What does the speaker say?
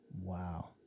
Wow